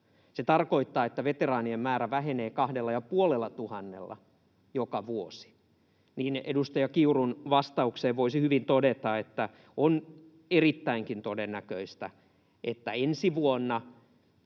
Se tarkoittaa, että veteraanien määrä vähenee kahdella- ja puolellatuhannella joka vuosi. Edustaja Kiurun kysymykseen voisi hyvin todeta, että on erittäinkin todennäköistä, että ensi vuonna